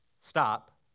stop